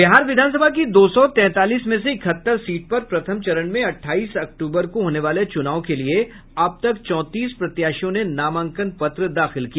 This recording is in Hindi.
बिहार विधानसभा की दो सौ तैंतालीस में से इकहत्तर सीट पर प्रथम चरण में अटठाइस अक्टूबर को होने वाले चूनाव के लिए अब तक चौतीस प्रत्याशियों ने नामांकन पत्र दाखिल किया